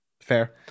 Fair